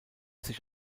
sich